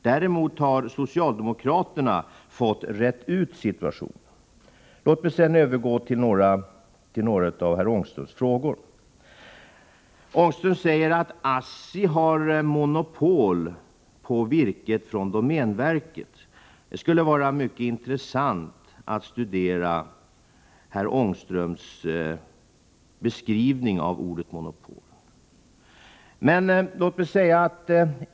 Däremot har socialdemokraterna fått reda ut situationen. Låt mig sedan övergå till några av herr Ångströms frågor. Herr Ångström säger att ASSI har monopol på virket från domänverket. Det skulle vara mycket intressant att få höra herr Ångström beskriva vad han lägger in i ordet monopol.